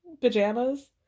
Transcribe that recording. pajamas